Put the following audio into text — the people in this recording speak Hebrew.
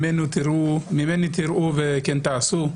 ממני תראו וכן תעשו.